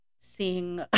seeing